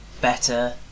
better